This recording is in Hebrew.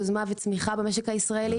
יוזמה וצמיחה במשק הישראלי.